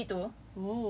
macam movie gitu